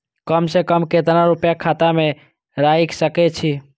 कम से कम केतना रूपया खाता में राइख सके छी?